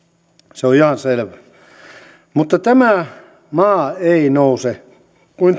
se on ihan selvä mutta tämä maa ei nouse kuin